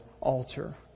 altar